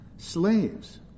slaves